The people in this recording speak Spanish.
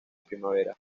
primavera